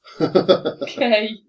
Okay